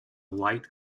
light